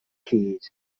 keys